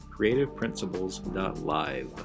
creativeprinciples.live